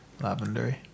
lavender